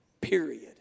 period